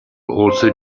also